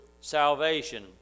salvation